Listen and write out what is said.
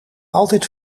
altijd